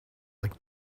like